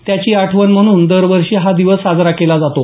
त्याची आठवण म्हणून दरवर्षी हा दिवस साजरा केला जातो